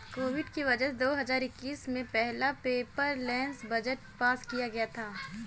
Covid की वजह से दो हजार इक्कीस में पहला पेपरलैस बजट पास किया गया था